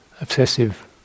obsessive